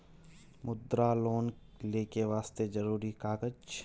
मुद्रा लोन लेके वास्ते जरुरी कागज?